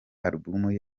album